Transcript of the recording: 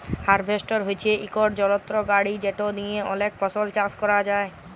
harvester হছে ইকট যলত্র গাড়ি যেট দিঁয়ে অলেক ফসল চাষ ক্যরা যায়